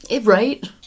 Right